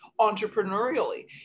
entrepreneurially